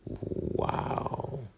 Wow